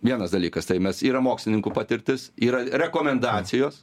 vienas dalykas tai mes yra mokslininkų patirtis yra rekomendacijos